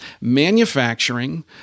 manufacturing